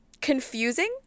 confusing